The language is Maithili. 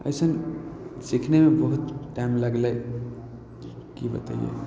अइसन सिखनेमे बहुत टाइम लागलै कि बतैए